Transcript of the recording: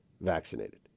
vaccinated